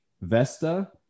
Vesta